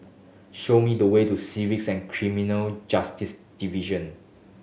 show me the way to Civils and Criminal Justice Division